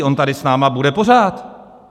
On tady s námi bude pořád.